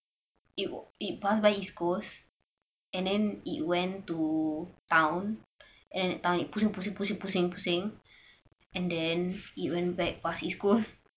it it pass by east coast and then it went to town and at town pusing pusing pusing pusing pusing and then it went back pass east coast